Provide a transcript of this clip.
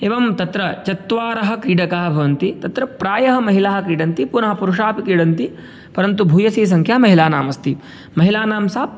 एवं तत्र चत्वारः क्रीडकाः भवन्ति तत्र प्रायः महिलाः क्रीडन्ति पुनः पुरुषाः अपि क्रीडन्ति परन्तु भूयसी सङ्ख्या महिलानाम् अस्ति महिलानां सा